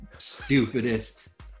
stupidest